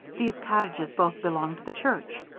these cottages both belong to the church.